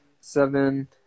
seven